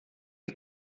que